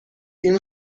این